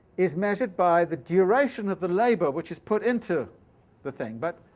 is measured by the duration of the labour which is put into the thing. but,